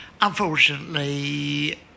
Unfortunately